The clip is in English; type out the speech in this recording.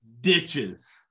ditches